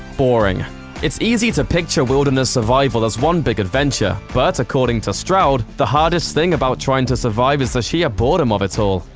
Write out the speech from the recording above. boring it's easy to picture wilderness survival as one big adventure, but according to stroud, the hardest thing about trying to survive is the sheer boredom of it all.